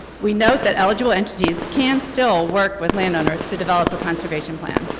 we note that eligible entities can still work with landowners to develop a conservation plan.